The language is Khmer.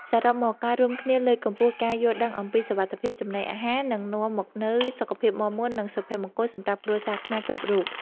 សរុបមក ការរួមគ្នាលើកកម្ពស់ការយល់ដឹងអំពីសុវត្ថិភាពចំណីអាហារនឹងនាំមកនូវសុខភាពមាំមួននិងសុភមង្គលសម្រាប់គ្រួសារខ្មែរគ្រប់រូប។